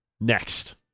next